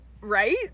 right